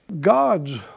God's